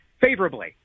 favorably